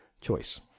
choice